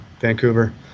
Vancouver